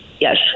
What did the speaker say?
yes